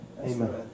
Amen